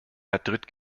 madrid